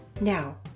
Now